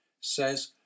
says